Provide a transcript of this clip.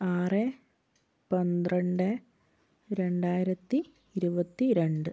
ആറ് പന്ത്രണ്ട് രണ്ടായിരത്തി ഇരുപത്തി രണ്ട്